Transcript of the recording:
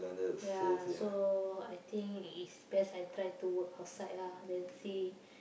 ya so I think it's best I try to work outside ah then see